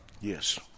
Yes